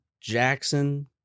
Jackson